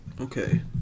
Okay